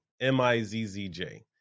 M-I-Z-Z-J